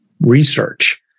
research